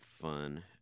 fun